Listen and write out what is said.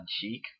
cheek